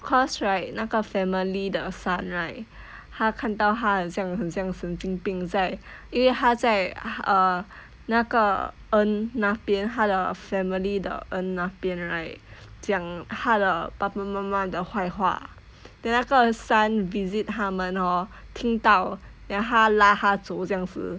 because right 那个 family 的 son right 他看到他很像很像神经病在因为他在 err 那个 um 那边他的 family 的 urn 那边 right 讲他的爸爸妈妈的坏话 then 那个 son visit 他们 hor 听到 then 他拉他走这样子